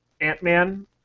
Ant-Man